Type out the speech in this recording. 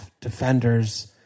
defenders